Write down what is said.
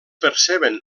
perceben